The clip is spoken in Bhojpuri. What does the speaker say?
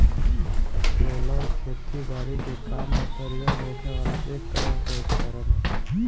रोलर खेती बारी के काम में प्रयोग होखे वाला एक तरह के उपकरण ह